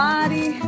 Body